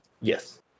Yes